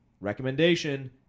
recommendation